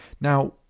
Now